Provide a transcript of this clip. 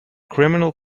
criminal